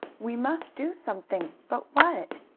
we must do something but what?